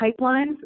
pipelines